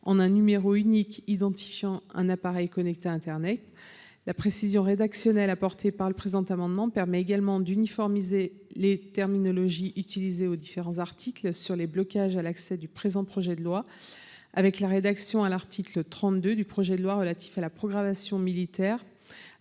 en un numéro unique identifiant un appareil connecté à internet. La précision rédactionnelle apportée par le présent amendement permettrait également d’uniformiser les terminologies utilisées aux différents articles sur les blocages à l’accès du présent projet de loi avec la rédaction de l’article 32 du projet de loi relatif à la programmation militaire